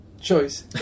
choice